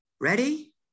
Ready